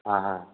ఆహా